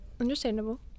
understandable